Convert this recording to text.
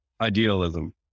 idealism